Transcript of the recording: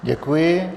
Děkuji.